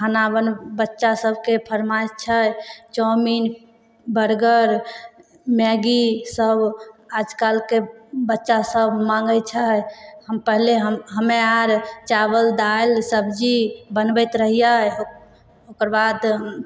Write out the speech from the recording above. खाना बन बच्चासभके फरमाइश छै चाउमिन बर्गर मैगीसब आजकलके बच्चासभ माँगै छै हम पहिले हम हमे आओर चावल दालि सब्जी बनबैत रहिए ओकरबाद